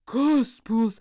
kas puls